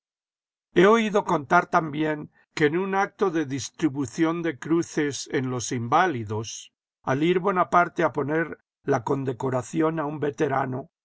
he oído contar también que en un acto de distribución de cruces en los inválidos al ir bonaparte a poner la condecoración a un veterano